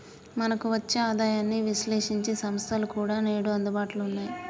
మనకు వచ్చే ఆదాయాన్ని విశ్లేశించే సంస్థలు కూడా నేడు అందుబాటులో ఉన్నాయి